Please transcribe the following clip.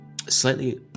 slightly